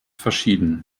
verschieden